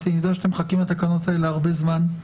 אני יודע שאתם מחכים לתקנות האלה הרבה זמן,